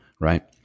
right